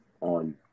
on